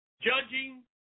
judging